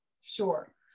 Sure